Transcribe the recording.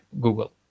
Google